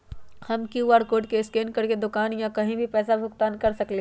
हम QR code scan करके दुकान में या कहीं भी पैसा के भुगतान कर सकली ह?